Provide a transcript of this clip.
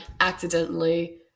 accidentally